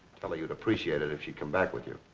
tell her you'd appreciate it if she'd come back with you.